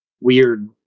weird